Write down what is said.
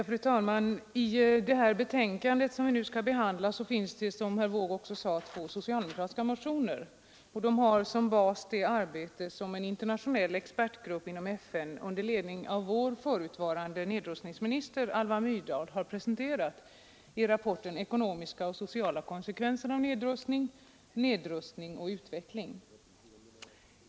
Fru talman! I det betänkande vi nu diskuterar behandlas, som herr Wååg nämnde, två socialdemokratiska motioner. De har som bas det arbete som en internationell expertgrupp inom FN under ledning av vår förutvarande nedrustningsminister Alva Myrdal har presenterat i rapporten Ekonomiska och sociala konsekvenser av nedrustning: nedrustning och utveckling.